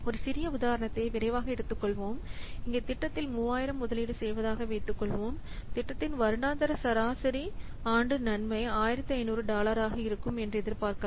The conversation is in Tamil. ஒரு சிறிய உதாரணத்தை விரைவாக எடுத்துக் கொள்வோம் இங்கே திட்டத்தில் 3000 முதலீடு செய்வதாக வைத்துக் கொள்வோம் திட்டத்தின் வருடாந்திர சராசரி ஆண்டு நன்மை 1500 டாலராக இருக்கும் என்றும் எதிர்பார்க்கலாம்